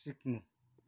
सिक्नु